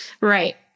Right